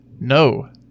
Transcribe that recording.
No